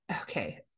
okay